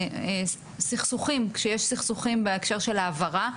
סכסוכים כשיש סכסוכים בהקשר של ההעברה,